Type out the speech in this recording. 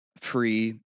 free